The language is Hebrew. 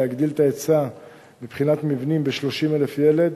להגדיל את ההיצע מבחינת מבנים ל-30,000 ילד,